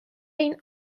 این